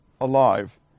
alive